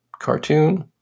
cartoon